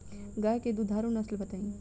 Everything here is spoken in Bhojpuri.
गाय के दुधारू नसल बताई?